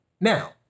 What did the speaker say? Now